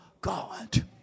God